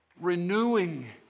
Renewing